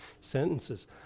sentences